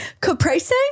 Caprese